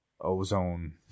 ozone